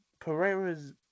Pereira's